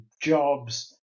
jobs